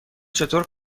چطور